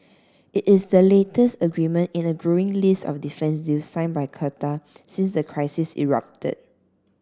it is the latest agreement in a growing list of defence deals signed by Qatar since the crisis erupted